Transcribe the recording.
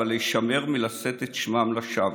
אבל להישמר מלשאת את שמם לשווא.